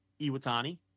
Iwatani